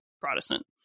Protestant